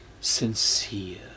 sincere